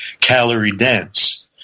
calorie-dense